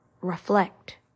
Reflect